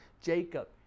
Jacob